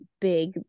big